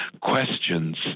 questions